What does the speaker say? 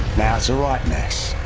now it's a right mess.